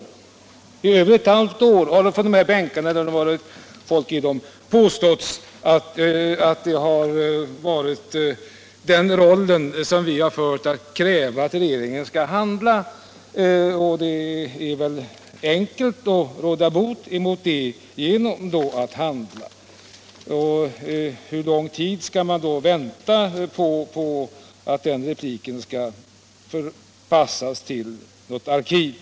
Så länge har det från statsrådsbänkarna — när det har funnits folk i dem — klagande påståtts att den roll vi spelar är att vi kräver att regeringen skall handla. Men det är väl enkelt att råda bot på det genom att handla. Hur lång tid skall man behöva vänta på att den repliken skall förpassas till något arkiv?